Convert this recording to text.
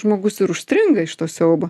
žmogus ir užstringa iš to siaubo